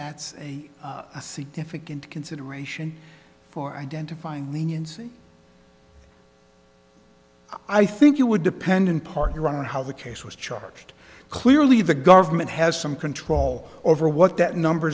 that's a significant consideration for identifying leniency i think it would depend in part here on how the case was charged clearly the government has some control over what that number